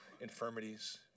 infirmities